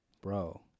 bro